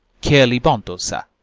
kerely-bonto, sir,